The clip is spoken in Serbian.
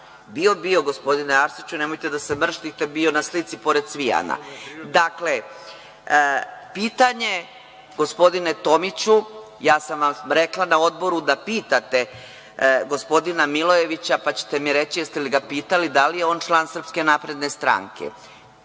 Bio, bio, gospodine Arsiću, nemojte da se mrštite, bio je na slici pored Cvijana. Dakle, pitanje gospodine Tomiću, rekla sam vam na Odboru da pitate gospodina Milojevića, pa ćete mi reći da li ste ga pitali, da li je on član SNS?Poručila sam